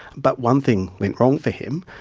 but one thing went wrong for him,